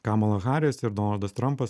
kamala haris ir donaldas trampas